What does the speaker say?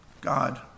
God